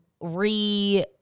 re